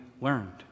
learned